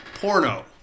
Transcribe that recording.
porno